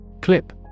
Clip